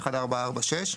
1446,